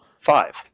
five